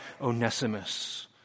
Onesimus